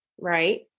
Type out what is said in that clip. right